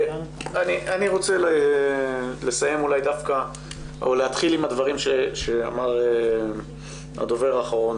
אני רוצה להתחיל עם הדברים שאמר הדובר האחרון,